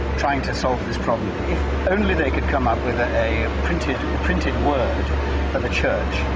trying to solve this problem. if only they could come up with a and printed printed word for the church,